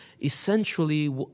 essentially